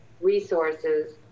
resources